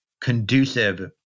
conducive